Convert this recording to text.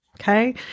Okay